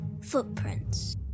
Footprints